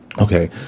okay